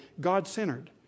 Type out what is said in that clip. God-centered